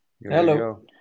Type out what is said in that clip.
hello